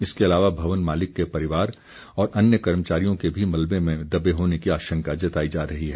इसके अलावा भवन मालिक के परिवार और अन्य कर्मचारियों के भी मलबे में दबे होने की आशंका जताई जा रही है